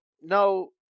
no